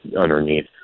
underneath